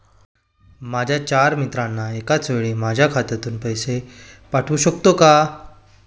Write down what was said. माझ्या चार मित्रांना एकाचवेळी माझ्या खात्यातून पैसे पाठवू शकतो का?